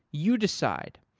you decide.